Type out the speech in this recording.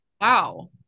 wow